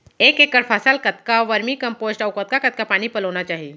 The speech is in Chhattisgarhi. एक एकड़ फसल कतका वर्मीकम्पोस्ट अऊ कतका कतका पानी पलोना चाही?